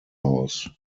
house